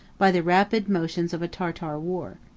by the rapid motions of a tartar war.